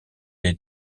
les